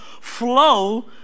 flow